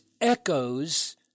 echoes